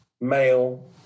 male